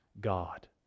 God